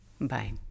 Bye